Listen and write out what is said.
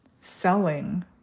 selling